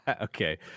Okay